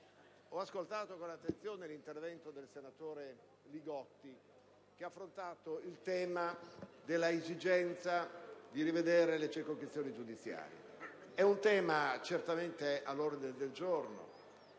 ho ascoltato con attenzione l'intervento del senatore Li Gotti, che ha affrontato il tema dell'esigenza di rivedere le circoscrizioni giudiziarie. È un tema certamente all'ordine del giorno